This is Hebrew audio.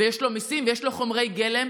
ויש לו מיסים ויש לו חומרי גלם,